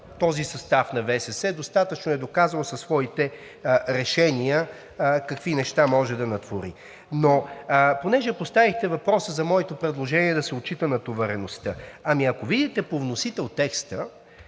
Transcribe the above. този състав на ВСС, достатъчно е доказал със своите решения какви неща може да натвори. Но понеже поставихте въпроса за моето предложение да се отчита натовареността. Ами, ако видите по вносител текста,